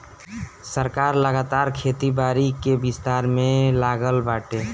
सरकार लगातार खेती बारी के विस्तार में लागल बाटे